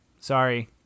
Sorry